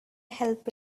help